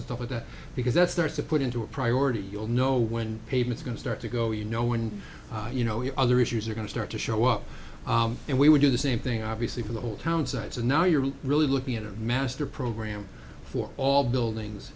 with that because that starts to put into a priority you'll know when pavements going to start to go you know when you know he other issues are going to start to show up and we would do the same thing obviously for the whole town sites and now you're really looking at a master program for all buildings